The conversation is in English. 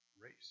race